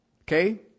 Okay